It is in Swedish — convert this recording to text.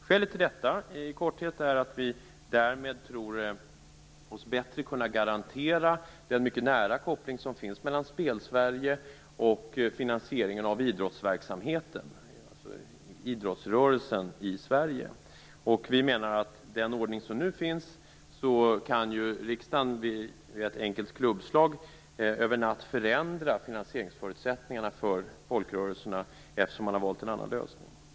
Skälet till detta är i korthet att vi därmed tror oss bättre kunna garantera den mycket nära koppling som finns mellan Spelsverige och finansieringen av idrottsrörelsen i Sverige. Vi menar att riksdagen med den ordning som nu finns med ett enkelt klubbslag över natt kan förändra finansieringsförutsättningarna för folkrörelserna, eftersom man har valt en annan lösning.